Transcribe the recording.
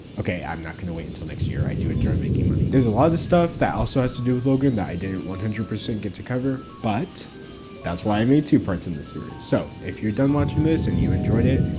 okay, i'm not going to wait until next year. i do enjoy making money. there's a lot of stuff that also has to do with logan that i didn't one hundred percent get to cover, but that's why i made two parts in this series. so, if you're done watching this and you enjoyed it,